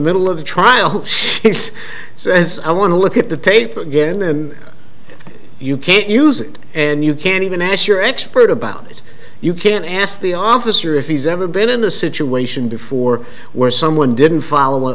middle of the trial says i want to look at the tape again and you can't use it and you can even ask your expert about it you can ask the officer if he's ever been in a situation before where someone